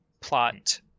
plot